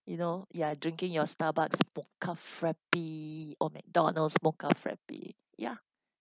you know ya drinking your starbucks mocha frappe or mcdonald's mocha frappe ya